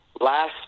last